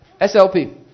SLP